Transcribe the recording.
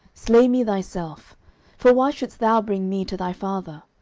slay me thyself for why shouldest thou bring me to thy father?